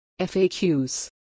FAQs